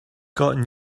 gotten